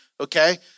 okay